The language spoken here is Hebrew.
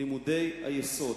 לימודי היסוד.